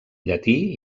llatí